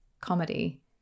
comedy